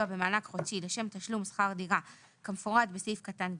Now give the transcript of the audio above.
חודשי לשם תשלום שכר דירה כמפורט בסעיף קטן (ג),